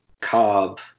Cobb